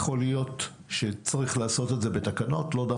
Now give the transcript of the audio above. יכול להיות שצריך לעשות את זה בתקנות ולאו